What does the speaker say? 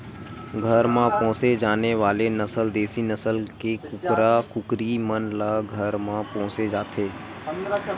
घर म पोसे जाने वाले नसल देसी नसल के कुकरा कुकरी मन ल घर म पोसे जाथे